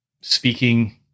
speaking